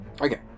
Okay